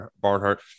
Barnhart